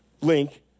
link